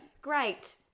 Great